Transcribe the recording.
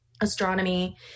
Astronomy